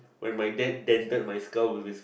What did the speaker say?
my my dad dented my skull with his